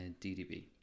ddb